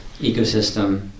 ecosystem